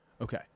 Okay